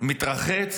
מתרחץ